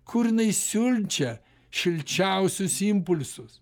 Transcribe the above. kur jinai siunčia šilčiausius impulsus